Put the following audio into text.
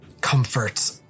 comfort